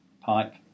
pipe